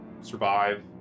survive